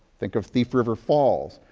think of thief river falls.